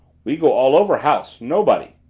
we go all over house nobody!